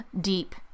deep